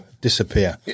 Disappear